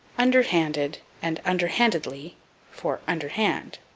under-handed and under-handedly for under-hand.